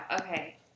okay